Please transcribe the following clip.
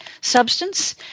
substance